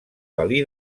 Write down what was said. dalí